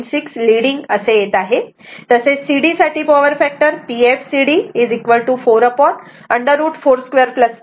6 leading असा येत आहे तसेच cd साठी पॉवर फॅक्टर PFcd 4√ 4 2 3 2 0